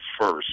first